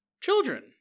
children